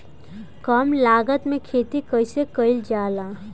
कम लागत में खेती कइसे कइल जाला?